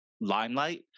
limelight